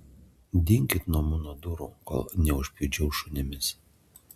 dinkit nuo mano durų kol neužpjudžiau šunimis